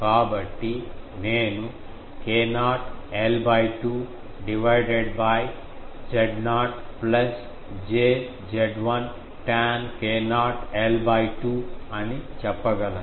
కాబట్టి నేను k0 l 2 divided Z0 plus j Z1 tan k0 l 2 చెప్పగలను